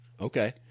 Okay